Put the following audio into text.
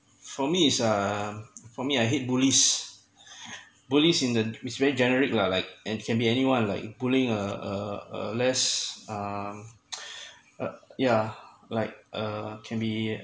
for me is uh for me I hate bullies bullies in the is very generic lah like and can be anyone like pulling uh uh uh less ah uh yeah like uh can be